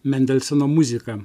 mendelsono muzika